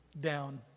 down